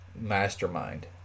mastermind